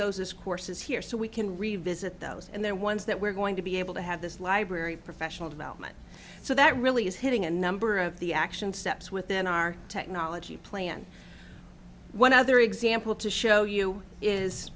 those courses here so we can revisit those and then ones that we're going to be able to have this library professional development so that really is hitting a number of the action steps within our technology plan one other example to show you is